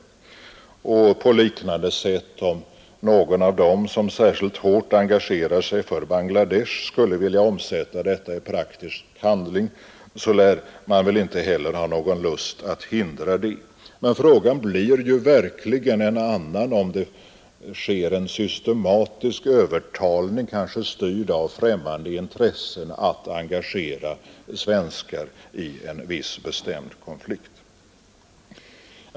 Och på liknande sätt: Om någon av dem som särskilt hårt engagerar sig för Bangla Desh skulle vilja omsätta detta i praktisk handling, lär man väl inte heller ha någon lust att hindra det. Men frågan blir ju verkligen en annan om det sker en systematisk övertalning, kanske styrd av främmande intressen, att engagera svenskar i en viss bestämd konflikt.